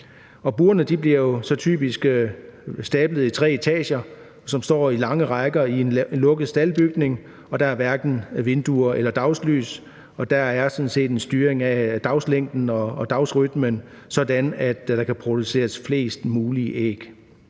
Burene bliver jo typisk stablet i tre etager, som står i lange rækker i en lukket staldbygning, og der er hverken vinduer eller dagslys. Der er sådan set en styring af dagslængden og dagsrytmen, sådan at der kan produceres flest mulige æg.